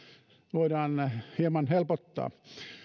voidaan hieman helpottaa